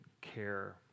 care